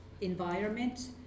environment